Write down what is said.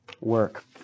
work